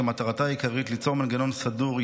שמטרתה העיקרית ליצור מנגנון סדור,